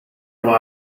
rely